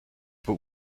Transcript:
but